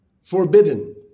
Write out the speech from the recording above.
forbidden